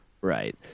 right